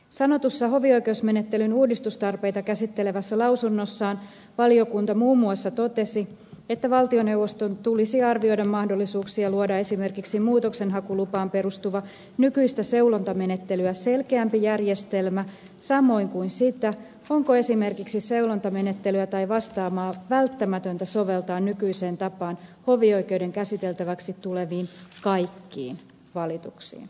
sanotussa hovioikeusmenettelyn uudistustarpeita käsittelevässä lausunnossaan valiokunta muun muassa totesi että valtioneuvoston tulisi arvioida mahdollisuuksia luoda esimerkiksi muutoksenhakulupaan perustuva nykyistä seulontamenettelyä selkeämpi järjestelmä samoin kuin sitä onko esimerkiksi seulontamenettelyä tai vastaavaa välttämätöntä soveltaa nykyiseen tapaan hovioikeuden käsiteltäviksi tuleviin kaikkiin valituksiin